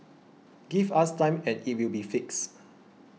give us time and it will be fixed